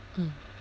mm